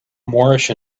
moorish